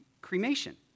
cremation